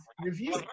review